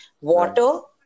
water